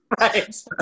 Right